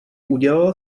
udělala